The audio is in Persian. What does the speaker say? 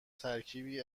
ترکیبی